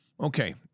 Okay